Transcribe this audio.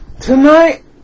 Tonight